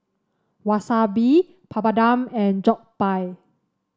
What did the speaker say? Wasabi Papadum and Jokbal